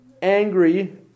angry